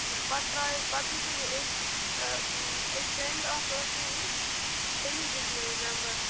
پتہٕ ترٛایے پتہٕ دِژے مےٚ أکۍ أکۍ فرٛٮ۪نٛڈ اَکھ ٲس مےٚ وٕنۍ تہٕ تٔمی دیُت مےٚ یہِ نَمبَر